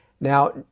Now